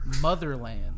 motherland